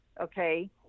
okay